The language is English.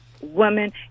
woman